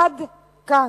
עד כאן.